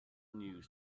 news